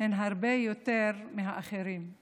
הם רבים יותר מאשר של אחרים.